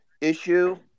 issue